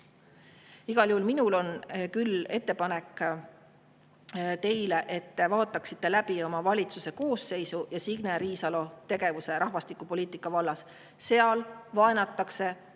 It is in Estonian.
Igal juhul, minul on küll teile ettepanek, et te vaataksite läbi oma valitsuse koosseisu ja Signe Riisalo tegevuse rahvastikupoliitika vallas. Seal vaenatakse